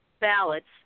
ballots